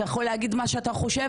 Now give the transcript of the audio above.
אתה יכול להגיד מה שאתה חושב,